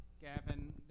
Gavin